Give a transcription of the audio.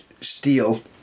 Steel